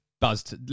Buzzed